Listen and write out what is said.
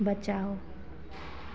बचाओ